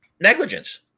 negligence